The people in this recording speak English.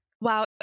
Wow